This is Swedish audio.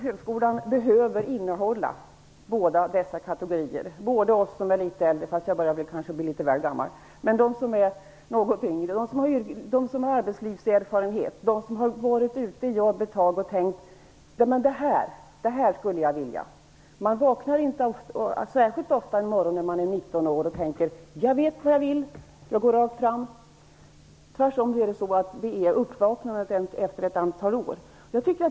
Högskolan behöver båda dessa kategorier, både de som är litet äldre och de som är litet yngre, både de som har arbetslivserfarenhet och de som inte har det. De som har varit ute och jobbat ett tag kanske kommer på vad de vill studera. Man vaknar inte särskilt ofta på morgnarna när man är 19 år och tänker: Jag vet vad jag vill, och jag går rakt fram. Tvärtom brukar man komma på det efter ett antal år.